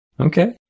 Okay